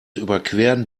überqueren